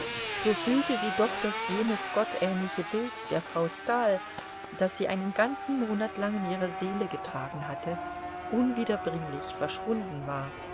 so fühlte sie doch daß jenes gottähnliche bild der frau stahl das sie einen ganzen monat lang in ihrer seele getragen hatte unwiederbringlich verschwunden war